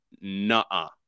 Nah